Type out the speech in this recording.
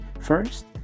First